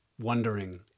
wondering